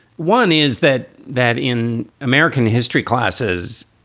one is that that in american history classes,